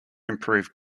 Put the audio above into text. improve